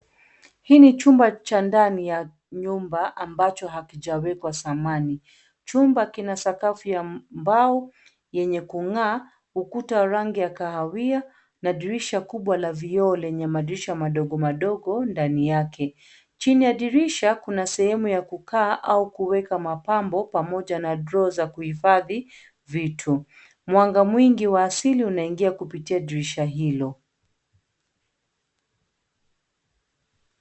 Hii ni chumba cha ndani ya nyumba ambacho hakijawekwa samani. Chumba kina sakafu ya mbao, yenye kung'aa, ukuta rangi ya kahawia na dirisha kubwa la vioo lenye madirisha madogo madogo ndani yake. Chini ya dirisha, kuna sehemu ya kukaa au kuweka mapambo pamoja na droo za kuhifadhi vitu. Mwanga mwingi wa asili unaingia kupitia dirisha hilo.